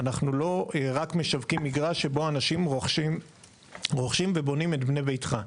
אנחנו לא רק משווקים מגרש שבו אנשים רוכשים ובונים את בנה ביתך.